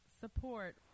support